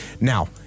now